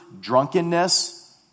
drunkenness